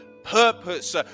purpose